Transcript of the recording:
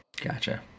gotcha